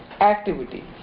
activity